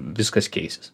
viskas keisis